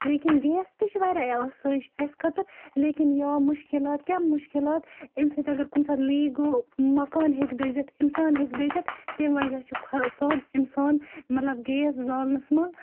لیکِن گیس تہِ چھِ واریاہ آسٲیِش اَسہِ خٲطرٕ لیکِن یا مُشکِلات کیاہ مُشکِلات امہِ سۭتۍ اگر کُنہِ ساتہٕ لیٖک گوٚو مَکان ہیٚکہِ دٔزِتھ اِنسان ہیٚکہِ دٔزِتھ تمہِ وَجہ چھُ کھۄژان اِنسان مطلب گیس زالنَس منٛز